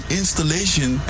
installation